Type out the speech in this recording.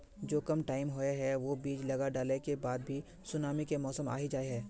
जो कम टाइम होये है वो बीज लगा डाला के बाद भी सुनामी के मौसम आ ही जाय है?